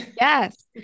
Yes